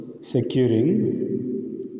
securing